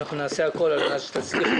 אנחנו נעשה הכול על מנת שתצליחי.